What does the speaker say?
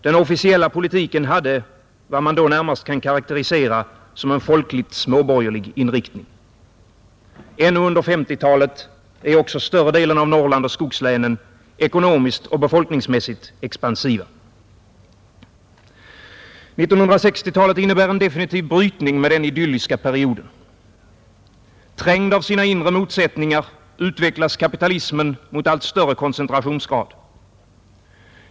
Den officiella politiken har vad man närmast kan karakterisera som en folkligt-småborgerlig inriktning. Ännu under 1950-talet är också större delen av Norrland och skogslänen ekonomiskt och befolkningsmässigt expansiva. 1960-talet innebär en definitiv brytning med denna idylliska period. Trängd av sina inre motsättningar utvecklas kapitalismen mot allt högre koncentrationsgrad.